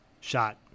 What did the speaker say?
shot